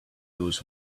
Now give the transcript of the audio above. those